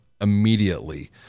immediately